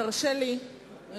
תרשה לי לפתוח